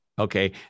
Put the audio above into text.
Okay